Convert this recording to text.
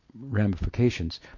ramifications